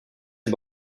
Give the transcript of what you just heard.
est